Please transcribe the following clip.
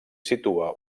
situa